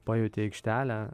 pajauti aikštelę